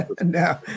No